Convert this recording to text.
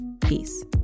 Peace